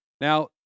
Now